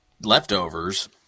leftovers